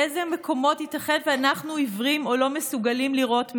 באיזה מקומות ייתכן שאנחנו עיוורים או לא מסוגלים לראות מעבר,